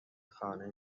خانه